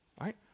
right